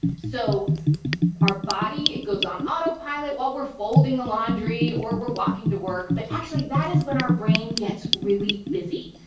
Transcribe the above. so our body, it goes on autopilot while we're folding the laundry or we're walking to work, but actually that is when our brain gets really busy.